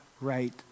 right